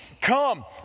Come